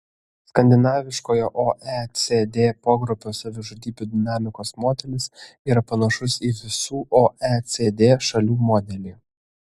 skandinaviškojo oecd pogrupio savižudybių dinamikos modelis yra panašus į visų oecd šalių modelį